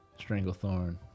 Stranglethorn